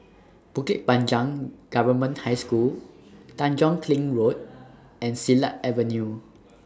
Bukit Panjang Government High School Tanjong Kling Road and Silat Avenue